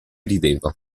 rideva